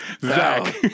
Zach